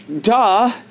duh